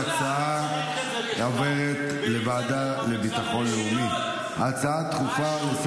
ההצעה להעביר את הנושא לוועדה לביטחון לאומי נתקבלה.